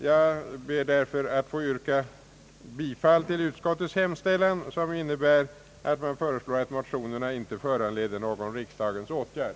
Jag ber därför att få yrka bifall till utskottets hemställan, som innebär att de föreliggande motionerna icke skall föranleda någon riksdagens åtgärd.